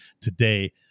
today